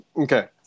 Okay